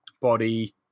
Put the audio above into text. body